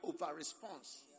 over-response